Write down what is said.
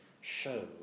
show